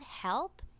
help